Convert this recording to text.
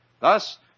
Thus